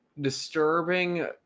disturbing